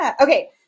Okay